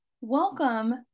Welcome